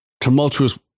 tumultuous